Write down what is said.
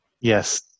Yes